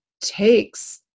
takes